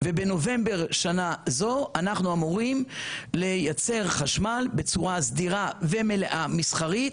ובנובמבר שנה זו אנחנו אמורים ליצר חשמל בצורה סדירה ומלאה מסחרית,